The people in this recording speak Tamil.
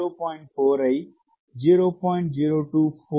4 ஐ 0